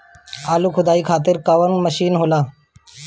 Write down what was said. आलू खुदाई खातिर कवन मशीन होला?